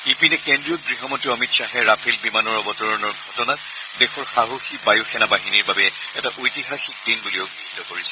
ইপিনে কেন্দ্ৰীয় গৃহমন্ত্ৰী অমিত খাহে ৰাফেল বিমানৰ অৱতৰণৰ ঘটনাত দেশৰ সাহসী বায়ু সেনা বাহিনীৰ বাবে এটা ঐতিহাসিক দিন বুলি অভিহিত কৰিছে